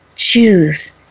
Choose